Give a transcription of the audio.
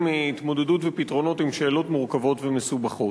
התמודדות ופתרונות עם שאלות מורכבות ומסובכות.